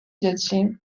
dzieci